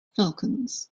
falcons